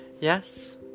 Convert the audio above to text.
Yes